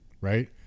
right